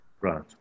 Right